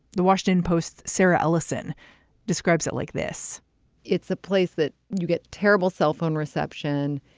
the washington post's sarah ellison describes it like this it's a place that you get terrible cell phone reception.